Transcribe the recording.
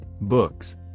books